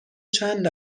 چند